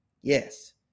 Yes